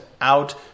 out